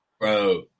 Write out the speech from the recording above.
Bro